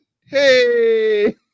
Hey